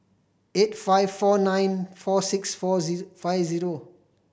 eight five four nine four six four five zero